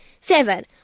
Seven